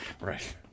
Right